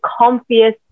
comfiest